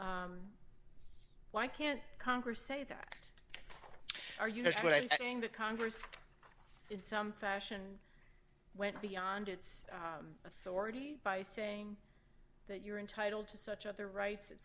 well why can't congress say that are you know what i'm saying that congress in some fashion went beyond its authority by saying that you're entitled to such other rights